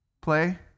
play